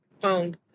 phone